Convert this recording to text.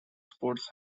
sports